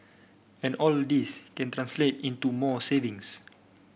and all this can translate into more savings